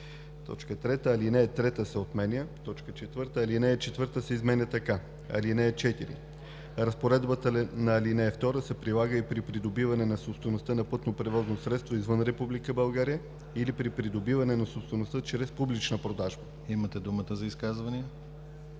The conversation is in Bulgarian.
3. Алинея 3 се отменя. 4. Алинея 4 се изменя така: „(4) Разпоредбата на ал. 2 се прилага и при придобиване на собствеността на пътно превозно средство извън Република България или при придобиване на собствеността чрез публична продажба.“ ПРЕДСЕДАТЕЛ